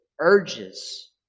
urges